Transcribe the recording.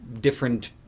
Different